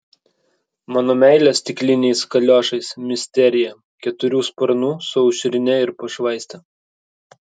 mano meilė stikliniais kaliošais misterija keturių sparnų su aušrine ir pašvaiste